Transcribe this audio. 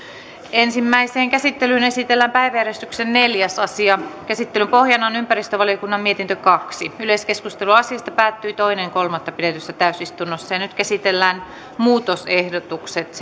ensimmäiseen käsittelyyn esitellään päiväjärjestyksen neljäs asia käsittelyn pohjana on ympäristövaliokunnan mietintö kaksi yleiskeskustelu asiasta päättyi toinen kolmatta kaksituhattakuusitoista pidetyssä täysistunnossa nyt käsitellään muutosehdotukset